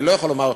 אני לא יכול לומר,